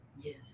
Yes